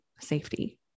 safety